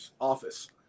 office